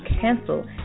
cancel